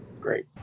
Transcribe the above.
Great